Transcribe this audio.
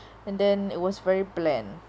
and then it was very bland